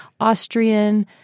Austrian